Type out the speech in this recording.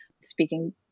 Speaking